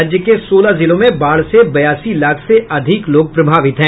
राज्य के सोलह जिलों में बाढ़ से बयासी लाख से अधिक लोग प्रभावित हैं